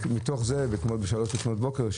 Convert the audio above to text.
מתוך זה ואתמול בשלוש לפנות בוקר,